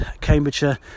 Cambridgeshire